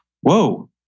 Whoa